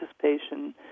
participation